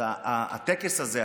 אז הטקס הזה,